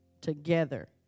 together